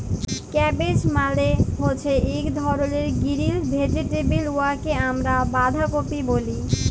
cabbage মালে হছে ইক ধরলের গিরিল ভেজিটেবল উয়াকে আমরা বাঁধাকফি ব্যলি